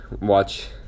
watch